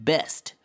Best